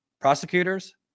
prosecutors